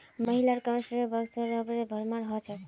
महिलार कॉस्मेटिक्स बॉक्सत रबरेर भरमार हो छेक